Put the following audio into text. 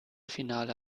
finale